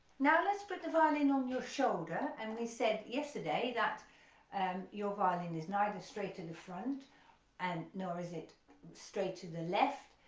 now let's put the violin on your shoulder and we said yesterday that um your violin is neither straight to the front and nor is it straight to the left,